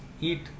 eat